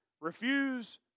refuse